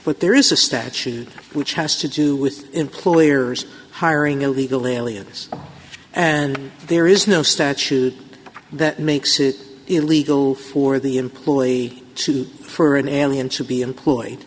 but there is a statute which has to do with employers hiring illegal aliens and there is no statute that makes it illegal for the employee to for an alien to be employed